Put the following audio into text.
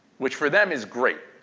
which for them is great,